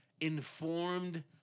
informed